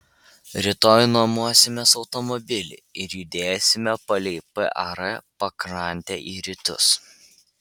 rytoj nuomosimės automobilį ir judėsime palei par pakrantę į rytus